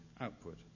output